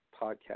podcast